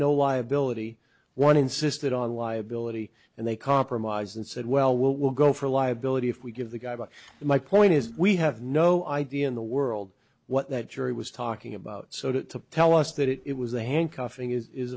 no liability one insisted on liability and they compromised and said well we'll we'll go for liability if we give the guy but my point is we have no idea in the world what that jury was talking about so to tell us that it was a handcuffing is